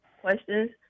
questions